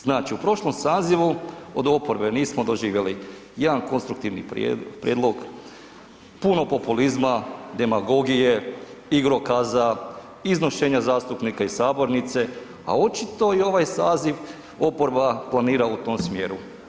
Znači, u prošlom sazivu od oporbe nismo doživjeli jedan konstruktivni prijedlog, puno populizma, demagogije, igrokaza, iznošenja zastupnika iz sabornice, a očito i ovaj saziv oporba planira u tom smjeru.